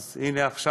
אז הנה עכשיו,